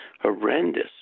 horrendous